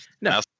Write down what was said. No